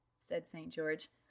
said st. george,